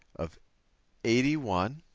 of eighty one.